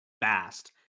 fast